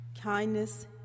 kindness